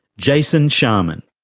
jason sharman.